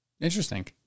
Interesting